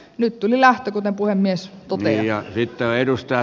nyt tuli lähtö kuten puhemies toteaa